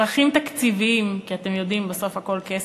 צרכים תקציביים, כי אתם יודעים, בסוף הכול כסף,